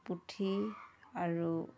পুঠি আৰু